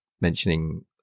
mentioning